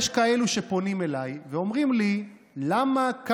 יש כאלה שפונים אליי ואומרים לי: למה,